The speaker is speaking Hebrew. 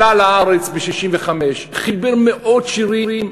עלה לארץ ב-1965, חיבר מאות שירים.